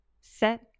set